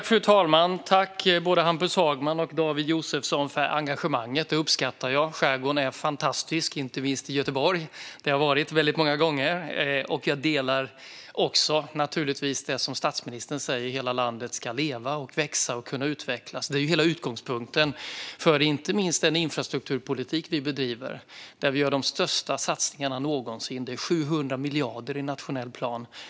Fru talman! Tack både Hampus Hagman och David Josefsson för engagemanget! Det uppskattar jag. Skärgården är fantastisk, inte minst i Göteborg där jag har varit väldigt många gånger. Jag delar naturligtvis också det som statsministern säger: att hela landet ska leva, växa och kunna utvecklas. Det är ju hela utgångspunkten för inte minst den infrastrukturpolitik vi driver. Vi gör de största satsningarna någonsin. Det är 700 miljarder i nationell plan.